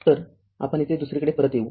तरआपण येथे दुसरीकडे परत येऊ